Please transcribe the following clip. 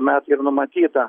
met yra numatyta